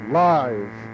live